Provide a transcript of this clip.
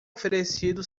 oferecido